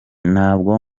nabwo